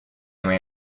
may